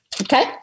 Okay